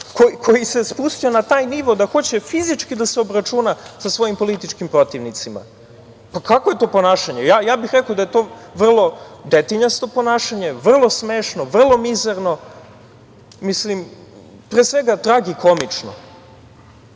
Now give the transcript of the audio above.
koji se spustio na taj nivo da hoće fizički da se obračuna sa svojim političkim protivnicima. Kakvo je to ponašanje? Ja bih rekao da je to vrlo detinjasto ponašanje, vrlo smešno, vrlo mizerno, pre svega tragikomično,